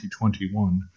2021